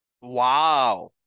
Wow